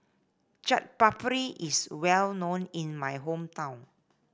Chaat Papri is well known in my hometown